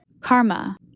Karma